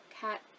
cat